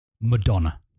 Madonna